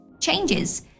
changes